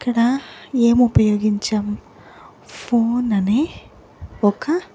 ఇక్కడ ఏం ఉపయోగించాము ఫోన్ అనే ఒక